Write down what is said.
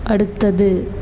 അടുത്തത്